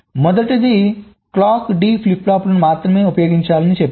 మొదటిది clocked D flip ఫ్లాప్లను మాత్రమే ఉపయోగించాలని చెప్పారు